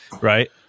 right